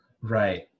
right